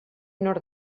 nord